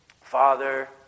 father